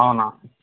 అవునా